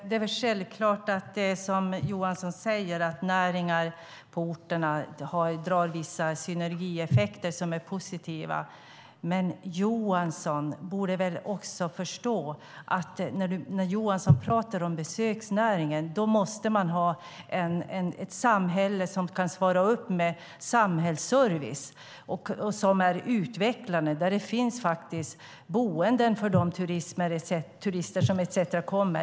Det är självklart så som Johansson säger, att näringar på orterna ger vissa synergieffekter som är positiva, men Johansson borde väl också förstå att när det gäller besöksnäringen måste man ha ett samhälle som kan svara upp med samhällsservice som är utvecklad, där det finns boende för de turister som kommer och så vidare.